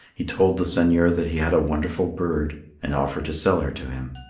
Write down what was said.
he told the seigneur that he had a wonderful bird, and offered to sell her to him.